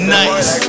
nice